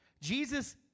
Jesus